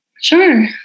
Sure